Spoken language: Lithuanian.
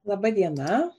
laba diena